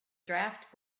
draft